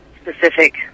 specific